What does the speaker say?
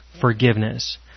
forgiveness